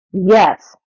Yes